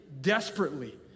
desperately